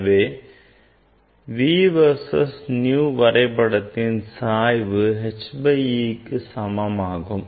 எனவே V verses nu வரைபடத்தின் சாய்வு h by e க்கு சமமாகும்